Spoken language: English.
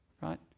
right